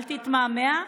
אל תתמהמה,